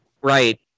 right